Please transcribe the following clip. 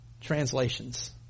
Translations